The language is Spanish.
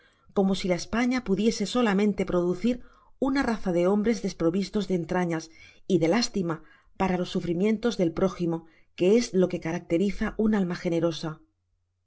como si la españa pudiese solamente producir una raza de hombres desprovistos de entrañas y de lástima para los sufrimientos del prógimo qae es lo que caracteriza una alma generosa